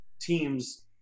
teams